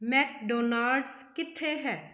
McDonald's ਕਿੱਥੇ ਹੈ